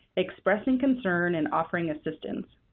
expressing concern and offering assistance.